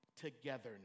togetherness